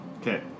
Okay